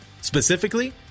Specifically